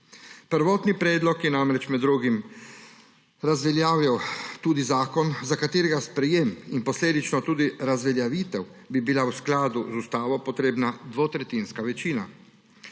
Prvotni predlog je namreč med drugim razveljavil tudi zakon, za katerega sprejem in posledično tudi razveljavitev bi bila v skladu z Ustavo potrebna dvotretjinska večina.